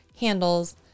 handles